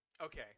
Okay